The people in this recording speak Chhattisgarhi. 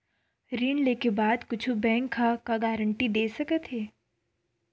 ऋण लेके बाद कुछु बैंक ह का गारेंटी दे सकत हे?